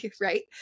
right